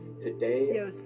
Today